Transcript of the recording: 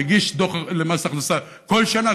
מגיש דוח למס הכנסה כל שנה,